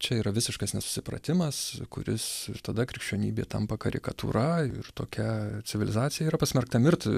čia yra visiškas nesusipratimas kuris ir tada krikščionybė tampa karikatūra ir tokia civilizacija yra pasmerkta mirti